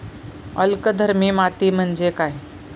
अल्कधर्मी माती म्हणजे काय?